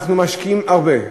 אנחנו משקיעים הרבה,